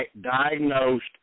diagnosed